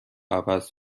عوض